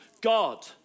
God